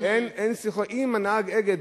אם נהג "אגד",